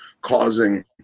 causing